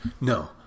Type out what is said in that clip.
No